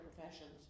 professions